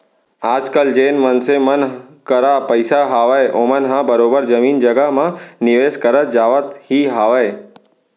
आजकल जेन मनसे मन करा पइसा हावय ओमन ह बरोबर जमीन जघा म निवेस करत जावत ही हावय